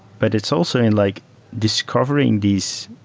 but it's also in like discovering these